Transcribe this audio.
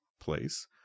place